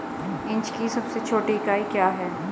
Inch की सबसे छोटी इकाई क्या है?